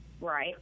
right